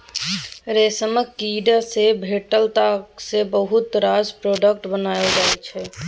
रेशमक कीड़ा सँ भेटल ताग सँ बहुत रास प्रोडक्ट बनाएल जाइ छै